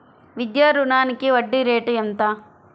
విద్యా రుణానికి వడ్డీ రేటు ఎంత?